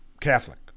Catholic